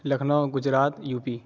Lucknow Gujarat U پی